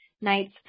night's